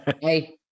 hey